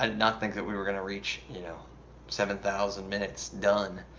and not think that we were gonna reach you know seven thousand minutes done.